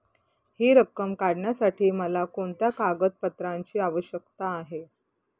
हि रक्कम काढण्यासाठी मला कोणत्या कागदपत्रांची आवश्यकता आहे?